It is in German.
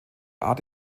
art